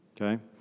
okay